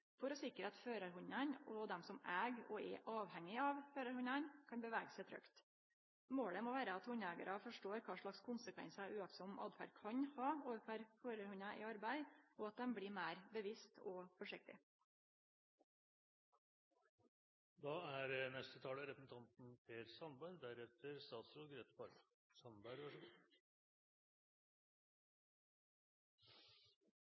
for å sikre at førarhundane og dei som eig og er avhengige av førarhundar, kan bevege seg trygt. Målet må vere at hundeeigarar forstår kva for konsekvensar aktlaus åtferd kan ha overfor førarhundar i arbeid, og at dei blir meir bevisste og